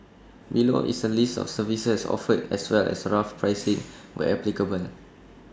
below is A list of services offered as well as rough pricing where applicable